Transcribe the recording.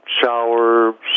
shower